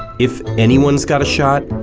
if anyone's got a shot,